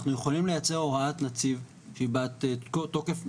אנחנו יכולים לייצר הוראת נציב שהיא ברת תוקף מחייב,